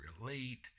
relate